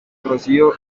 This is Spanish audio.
rocío